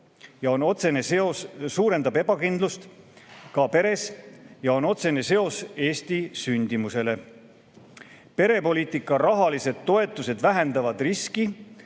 ebakindlus suurendab ebakindlust ka peres ja sellel on otsene seos Eesti sündimusega. Perepoliitika rahalised toetused vähendavad riski,